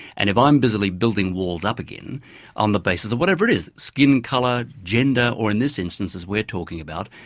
and if i'm busily building walls up again on the basis of whatever it is skin colour, gender or in this instance as we're talking about,